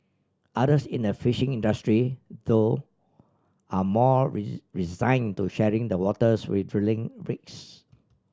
others in the fishing industry though are more resigned to sharing the waters with drilling rigs